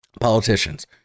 politicians